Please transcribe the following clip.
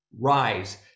rise